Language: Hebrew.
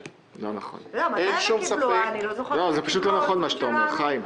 זה פשוט לא נכון מה שאתה אומר, חיים.